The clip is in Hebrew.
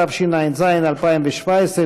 התשע"ז 2017,